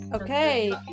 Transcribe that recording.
Okay